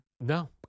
No